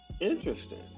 Interesting